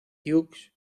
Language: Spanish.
hughes